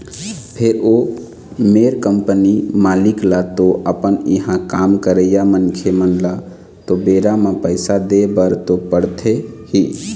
फेर ओ मेर कंपनी के मालिक ल तो अपन इहाँ काम करइया मनखे मन ल तो बेरा म पइसा देय बर तो पड़थे ही